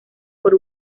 por